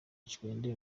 icwende